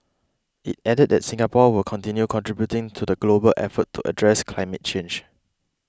it added that Singapore will continue contributing to the global effort to address climate change